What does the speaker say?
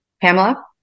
pamela